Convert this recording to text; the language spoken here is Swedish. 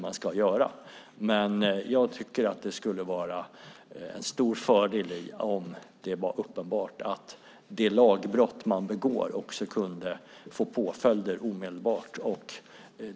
Men jag tycker att det skulle vara en stor fördel om det var uppenbart att det lagbrott man begår kunde få påföljder omedelbart.